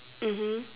mmhmm